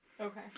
Okay